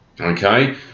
okay